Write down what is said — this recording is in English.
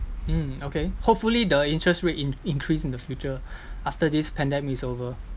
mm okay hopefully the interest rate in~ increase in the future after this pandemic is over